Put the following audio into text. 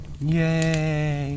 Yay